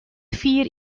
fier